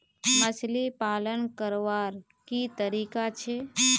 मछली पालन करवार की तरीका छे?